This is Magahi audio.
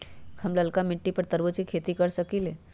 हम लालका मिट्टी पर तरबूज के खेती कर सकीले?